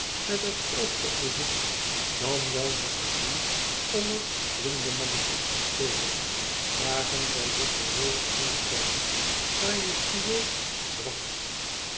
met het oog op bezoek dan wel met het doel om er blindemanne te spelen zagen zij juffrouw wilfer binnenkomen majestueus zwak